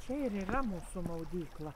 čia ir yra mūsų maudykla